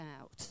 out